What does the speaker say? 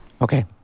Okay